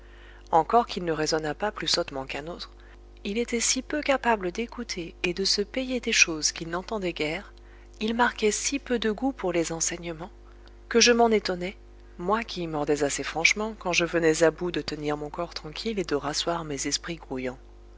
encore qu'il ne raisonnât pas plus sottement qu'un autre il était si peu capable d'écouter et de se payer des choses qu'il n'entendait guère il marquait si peu de goût pour les enseignements que je m'en étonnais moi qui y mordais assez franchement quand je venais à bout de tenir mon corps tranquille et de rasseoir mes esprits grouillants